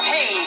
Hey